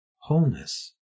wholeness